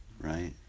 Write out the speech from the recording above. right